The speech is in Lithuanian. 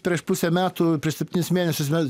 prieš pusę metų prieš septynis mėnesius mes